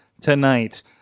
tonight